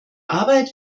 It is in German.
arbeit